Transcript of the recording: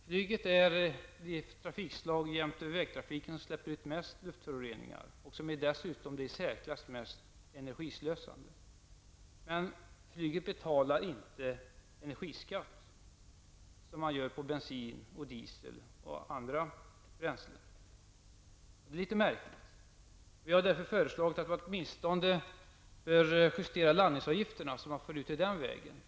Flyget är det trafikslag som jämte vägtrafiken släpper ut mest luftföroreningar och som dessutom är det i särklass mest energislösande transportmedlet. Flyget betalar dock inte energiskatt, vilket görs på bensin, diesel och andra bränslen. Det är litet märkligt. Vi har därför föreslagit att man åtminstone skall justera landningsavgifterna så att man får ut medel den vägen.